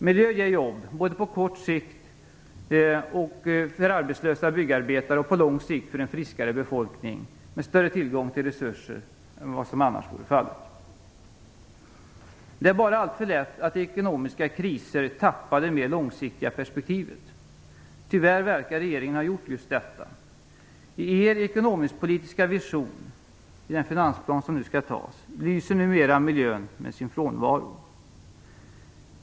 Miljö ger jobb, både på kort sikt för arbetslösa byggarbetare och på lång sikt för en friskare befolkning med större tillgång till resurser än vad som annars vore fallet. Det är alltför lätt att i ekonomiska kriser tappa det mer långsiktiga perspektivet. Tyvärr verkar regeringen ha gjort just detta. I er ekonomisk-politiska vision i den finansplan som nu skall antas lyser miljön med sin frånvaro.